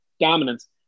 dominance